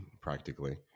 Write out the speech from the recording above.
practically